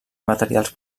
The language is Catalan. materials